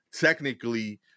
technically